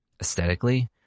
aesthetically